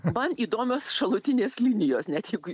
man įdomios šalutinės linijos net jeigu